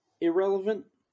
irrelevant